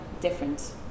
different